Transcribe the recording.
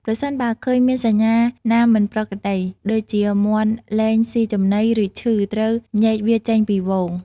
ប្រសិនបើឃើញមានសញ្ញាណាមិនប្រក្រតី ដូចជាមាន់លែងស៊ីចំណី ឬឈឺ ត្រូវញែកវាចេញពីហ្វូង។